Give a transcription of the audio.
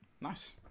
Nice